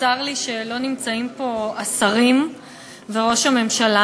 צר לי שלא נמצאים פה השרים וראש הממשלה.